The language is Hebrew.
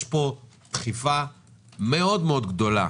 יש פה דחיפה מאוד מאוד גדולה